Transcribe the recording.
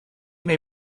may